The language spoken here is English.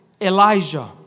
Elijah